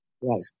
right